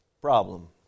problem